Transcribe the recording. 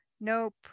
Nope